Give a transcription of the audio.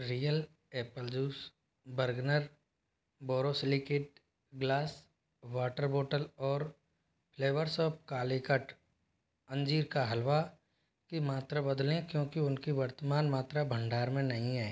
real apple juice Bergner borosilicate glass water bottle और flavours of Calicut अंजीर का हलवा की मात्रा बदलें क्योंकि उनकी वर्तमान मात्रा भंडार में नहीं है